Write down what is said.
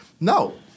No